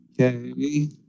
Okay